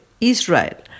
Israel